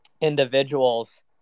individuals